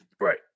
Right